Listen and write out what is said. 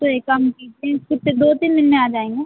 तो एक काम कीजिए कितने दो तीन दिन में आ जाएँगे